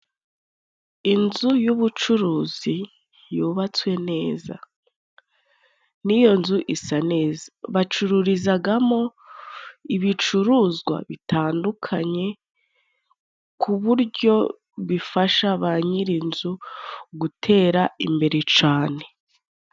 Inzu y'ubucuruzi yubatswe neza n'iyo nzu isa neza. Bacururizagamo ibicuruzwa bitandukanye, ku buryo bifasha ba nyir'inzu gutera imbere cane.